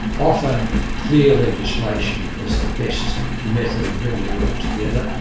often clear legislation is the best method of bringing it all together.